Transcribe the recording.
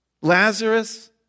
Lazarus